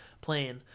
plane